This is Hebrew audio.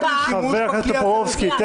אני מצפה -- חבר הכנסת טופורובסקי,